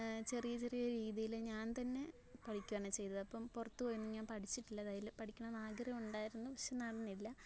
ചെറിയ ചെറിയ രീതിയിൽ ഞാൻ തന്നെ പഠിക്കുകയാണ് ചെയ്തത് അപ്പം പുറത്ത് പോയി ഒന്നും ഞാൻ പഠിച്ചിട്ടില്ല തയ്യൽ പഠിക്കണം എന്ന് ആഗ്രഹം ഉണ്ടായിരുന്നു പക്ഷെ നടന്നില്ല